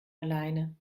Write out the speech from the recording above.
alleine